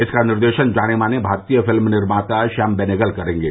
इसका निर्देशन जाने माने भारतीय फिल्म निर्माता श्याम बेनेगल करेंगे